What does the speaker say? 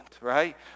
right